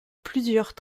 plusieurs